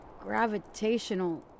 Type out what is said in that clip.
gravitational